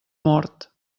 mort